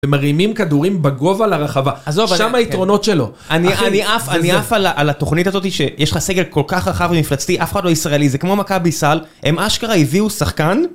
ומרימים כדורים בגובה לרחבה, שם היתרונות שלו. אני עף על התוכנית הזאתי שיש לך סגל כל כך רחב ומפלצתי, אף אחד לא ישראלי, זה כמו מכבי סל, הם אשכרה הביאו שחקן?